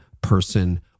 person